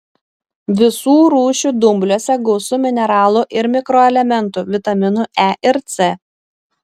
visų rūšių dumbliuose gausu mineralų ir mikroelementų vitaminų e ir c